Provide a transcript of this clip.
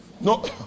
No